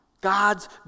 God's